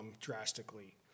drastically